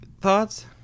thoughts